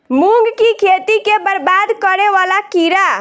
मूंग की खेती केँ बरबाद करे वला कीड़ा?